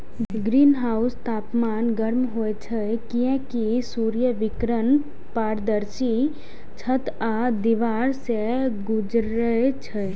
ग्रीनहाउसक तापमान गर्म होइ छै, कियैकि सूर्य विकिरण पारदर्शी छत आ दीवार सं गुजरै छै